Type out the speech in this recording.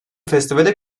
festivale